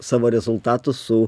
savo rezultatus su